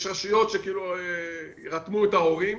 יש רשויות שרתמו את ההורים